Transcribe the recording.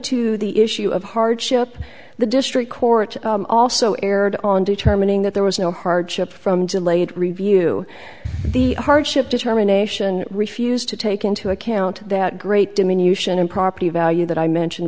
to the issue of hardship the district court also erred on determining that there was no hardship from delayed review the hardship determination refused to take into account that great diminution of property value that i mentioned